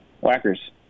Whackers